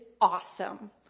awesome